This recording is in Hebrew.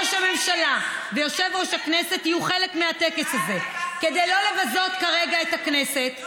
את הפכת את זה לאירוע פוליטי,